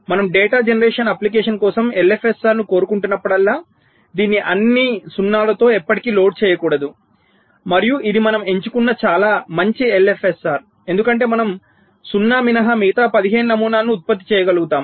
మనం data generation application కోసం ఎల్ఎఫ్ఎస్ఆర్ను కోరుకుంటున్నప్పుడల్లా దీన్ని అన్ని 0 తో ఎప్పటికీ లోడ్ చేయకూడదు మరియు ఇది మనం ఎంచుకున్న చాలా మంచి ఎల్ఎఫ్ఎస్ఆర్ ఎందుకంటే మనం 0 మినహా మిగతా 15 నమూనాలను ఉత్పత్తి చేయగలుగుతాము